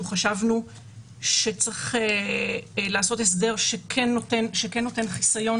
אנחנו חשבנו שצריך לעשות הסדר שנותן חיסיון